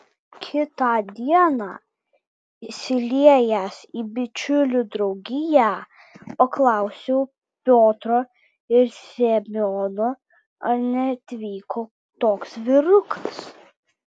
kitą dieną įsiliejęs į bičiulių draugiją paklausiau piotro ir semiono ar neatvyko toks vyrukas